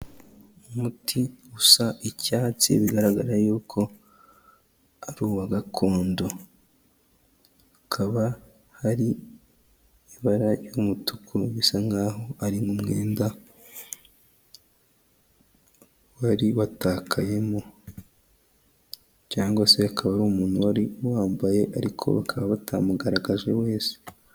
Umuti usa icyatsi bigaragara yuko ari uwa gakondo, hakaba hari ibara ry'umutuku bisa nk'aho ari umwenda wari watakayemo cyangwa se akaba umuntu wari wambaye ariko bakaba batamugaragaje wese.